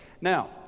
Now